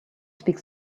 speak